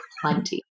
plenty